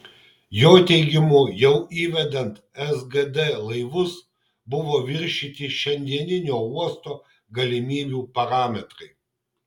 jo teigimu jau įvedant sgd laivus buvo viršyti šiandieninio uosto galimybių parametrai